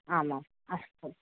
आम् आम् अस्तु